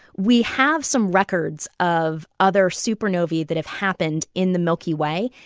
we have some records of other supernovae that have happened in the milky way.